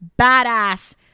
badass